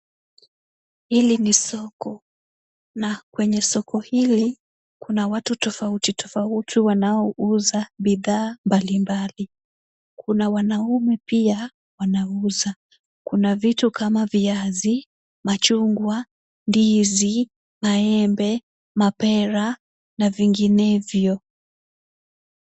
Hili ni soko, na kwenye soko hili kuna watu tofauti tofauti wanaouza bidhaa mbalimbali, kuna wanaume pia wanauza, kuna vitu kama viazi, machungwa, ndizi, maembe, mapera, na vinginevyo.